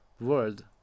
world